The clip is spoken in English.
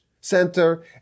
Center